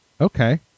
Okay